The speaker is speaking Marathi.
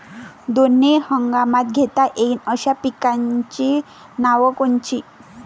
दोनी हंगामात घेता येईन अशा पिकाइची नावं कोनची?